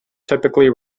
typically